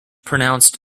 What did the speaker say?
pronounced